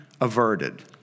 averted